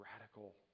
radical